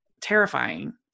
terrifying